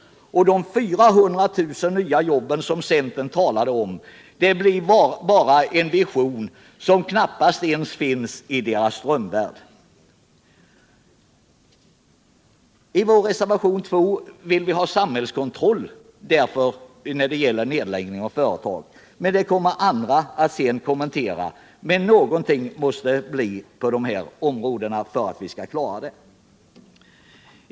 De 400 000 nya jobb som ' centerpartisterna har talat om blir då bara en vision, som knappast finns ens i deras drömvärld. I vår reservation 2 vill vi därför ha samhällskontroll när det gäller nedläggningen av företag. Detta förslag kommer andra att sedan kommentera. Någonting måste göras på dessa områden.